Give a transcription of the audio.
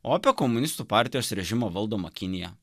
o apie komunistų partijos režimo valdomą kiniją